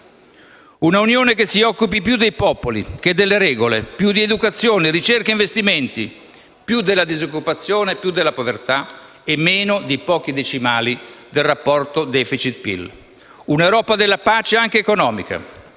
un'Unione che si occupi più dei popoli che delle regole, più di educazione, ricerca e investimenti, più della disoccupazione e della povertà e meno dei pochi decimali nel rapporto tra *deficit* e PIL. È necessaria un'Europa della pace, anche economica.